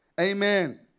Amen